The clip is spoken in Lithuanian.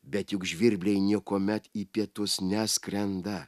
bet juk žvirbliai niekuomet į pietus neskrenda